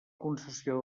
concessió